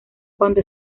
cuando